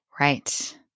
Right